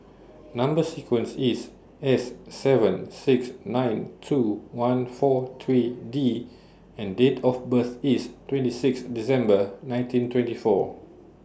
Number sequence IS S seven six nine two one four three D and Date of birth IS twenty six December nineteen twenty four